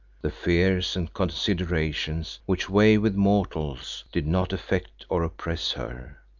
the fears and considerations which weigh with mortals did not affect or oppress her.